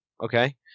okay